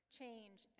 change